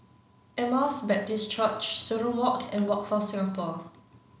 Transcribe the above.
Emmaus Baptist Church Student Walk and Workforce Singapore